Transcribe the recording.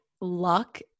luck